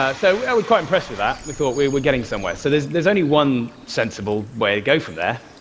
so and we were quite impressed with that. we thought we were getting somewhere. so there's there's only one sensible way to go from there